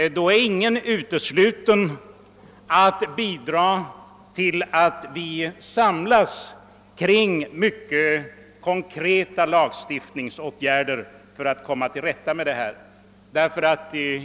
Då är ingen utesluten från att kunna bidra till att vi samlas kring mycket konkreta lagstiftningsåtgärder för att lösa problemet.